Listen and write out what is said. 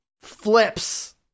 flips